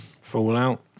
Fallout